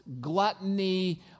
gluttony